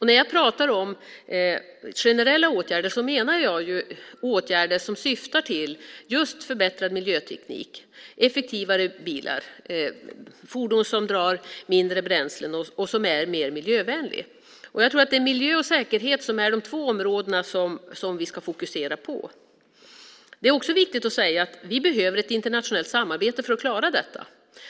När jag pratar om generella åtgärder menar jag åtgärder som just syftar till förbättrad miljöteknik och effektivare bilar - fordon som drar mindre bränsle och som är mer miljövänliga. Jag tror att det är områdena miljö och säkerhet som är de två områden som vi ska fokusera på. Det är också viktigt att säga att vi behöver ett internationellt samarbete för att klara detta.